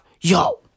yo